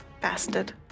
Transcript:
Bastard